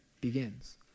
begins